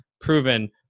proven